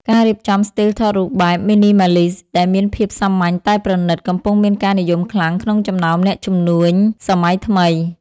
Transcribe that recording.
ការរៀបចំស្ទីលថតរូបបែប Minimalist ដែលមានភាពសាមញ្ញតែប្រណីត កំពុងមានការនិយមខ្លាំងក្នុងចំណោមអ្នកជំនួញសម័យថ្មី។